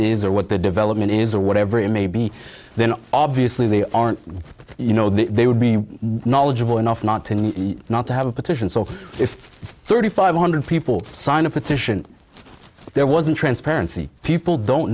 is or what the development is or whatever it may be then obviously aren't you know that they would be knowledgeable enough not to not to have a petition so if thirty five hundred people signed a petition there wasn't transparency people don't